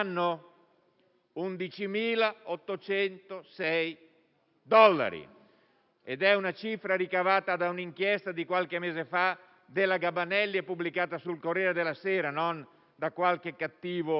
11.806 dollari. Ed è una cifra ricavata da un'inchiesta di qualche mese fa della Gabanelli pubblicata sul «Corriere della sera», non di qualche cattivo sovranista.